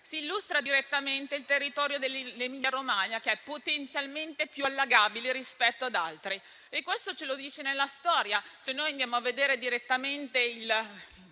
si illustra direttamente il territorio dell'Emilia-Romagna che è potenzialmente più allagabile rispetto ad altri. Questo ce lo dice la storia. Se noi andiamo a vedere direttamente la